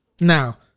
Now